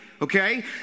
Okay